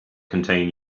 contain